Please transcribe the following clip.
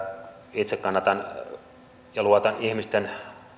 itse kannatan ja luotan ihmisten